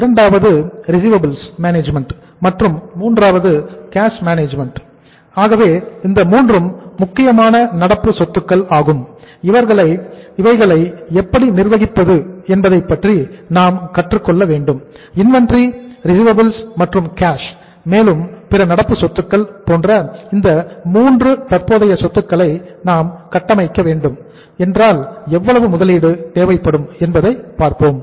இரண்டாவது ரிசிவபில்ஸ் மேலும் பிற நடப்பு சொத்துக்கள் போன்ற இந்த மூன்று தற்போதைய சொத்துக்களை நாம் கட்டமைக்க வேண்டும் என்றால் எவ்வளவு முதலீடு தேவைப்படும் என்பதை பார்ப்போம்